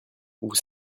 vous